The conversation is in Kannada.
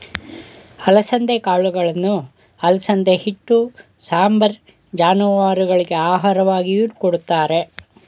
ಅಲಸಂದೆ ಕಾಳುಗಳನ್ನು ಅಲಸಂದೆ ಹಿಟ್ಟು, ಸಾಂಬಾರ್, ಜಾನುವಾರುಗಳಿಗೆ ಆಹಾರವಾಗಿಯೂ ಕೊಡುತ್ತಾರೆ